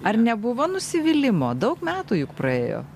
ar nebuvo nusivylimo daug metų juk praėjo